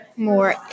More